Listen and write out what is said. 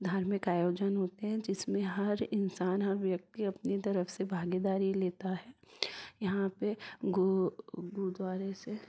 धार्मिक आयोजन होते हैं जिसमें हर इंसान हर व्यक्ति अपनी तरफ से भागीदारी लेता है यहाँ पर गो गुरुद्वारे से